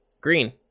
Green